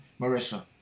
Marissa